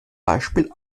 beispiel